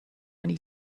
many